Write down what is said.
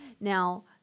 Now